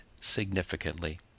significantly